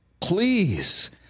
Please